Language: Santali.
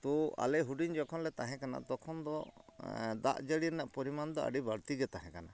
ᱛᱚ ᱟᱞᱮ ᱦᱩᱰᱤᱝ ᱡᱚᱠᱷᱚᱱᱞᱮ ᱛᱟᱦᱮᱸ ᱠᱟᱱᱟ ᱛᱚᱠᱷᱚᱱᱫᱚ ᱫᱟᱜ ᱡᱟᱹᱲᱤ ᱨᱮᱱᱟᱜ ᱯᱚᱨᱤᱢᱟᱱᱫᱚ ᱟᱹᱰᱤ ᱵᱟᱹᱲᱛᱤᱜᱮ ᱛᱟᱦᱮᱸ ᱠᱟᱱᱟ